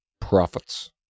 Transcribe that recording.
profits